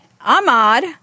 Ahmad